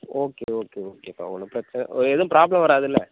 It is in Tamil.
ஓகே ஓகே ஓகேப்பா ஒன்றும் பிரச்சனை எது பிராப்ளம் வராதுல